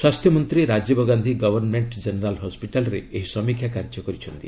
ସ୍ୱାସ୍ଥ୍ୟମନ୍ତ୍ରୀ Rajiv Gandhi government general ହସ୍କିଟାଲ୍ରେ ଏହି ସମୀକ୍ଷା କାର୍ଯ୍ୟ କରିଛନ୍ତି